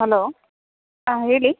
hello ಹಾಂ ಹೇಳಿ